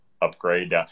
upgrade